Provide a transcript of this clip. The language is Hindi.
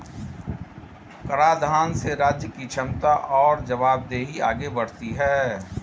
कराधान से राज्य की क्षमता और जवाबदेही आगे बढ़ती है